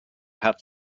have